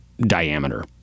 diameter